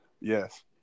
Yes